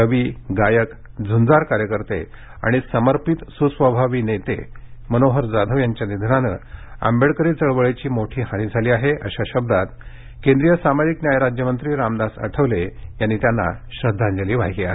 कवी गायक झुंजार कार्यकर्ते आणि समर्पित सुस्वभावी नेते मनोहर जाधव यांच्या निधनानं आंबेडकरी चळवळीची मोठी हानी झाली आहे अशा शब्दांत केंद्रीय सामाजिक न्याय राज्यमंत्री रामदास आठवले यांनी त्यांना श्रद्धांजली वाहिली आहे